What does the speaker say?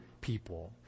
people